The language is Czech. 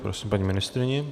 Prosím paní ministryni.